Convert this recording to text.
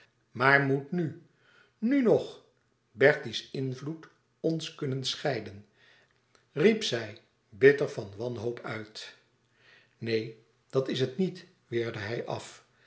maar moet nu nu ng bertie's invloed ons kunnen scheiden riep zij bitter van wanhoop uit neen dat is het niet weerde hij af